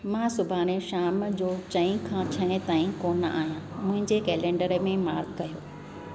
मां सुभाणे शाम जो चई खां छह ताईं कोन्ह आहियां मुंहिंजे कैलेंडर में मार्क करियो